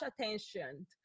attention